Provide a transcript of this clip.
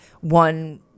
one